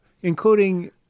including